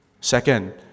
Second